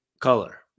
color